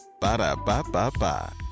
Ba-da-ba-ba-ba